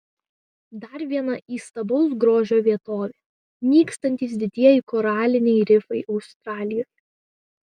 dar viena įstabaus grožio vietovė nykstantys didieji koraliniai rifai australijoje